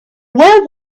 where